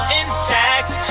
intact